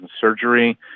surgery